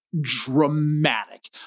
dramatic